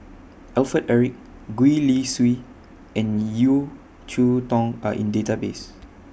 Alfred Eric Gwee Li Sui and Yeo Cheow Tong Are in Database